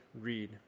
read